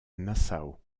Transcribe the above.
nassau